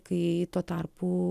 kai tuo tarpu